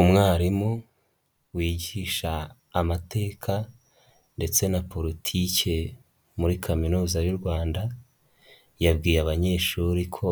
Umwarimu wigisha amateka ndetse na politike muri kaminuza y'u Rwanda, yabwiye abanyeshuri ko